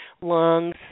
lungs